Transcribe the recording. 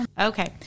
Okay